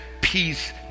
peace